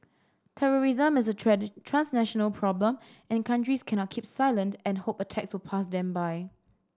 terrorism is a transnational problem and countries cannot keep silent and hope attacks will pass them by